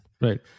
right